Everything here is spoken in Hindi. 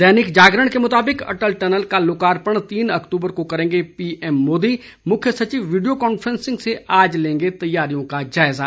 दैनिक जागरण के मुताबिक अटल टनल का लोकार्पण तीन अक्तूबर को करेंगे पीएम मोदी मुख्य सचिव वीडियो कांफ्रेंसिंग से आज लेंगे तैयारियों का जायजा